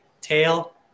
tail